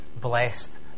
blessed